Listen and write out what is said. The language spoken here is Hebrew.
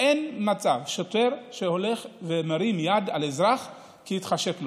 שאין מצב ששוטר שהולך ומרים יד על אזרח כי התחשק לו.